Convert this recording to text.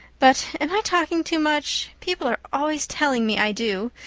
but am i talking too much? people are always telling me i do.